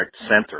center